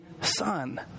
Son